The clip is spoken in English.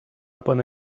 upon